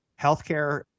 healthcare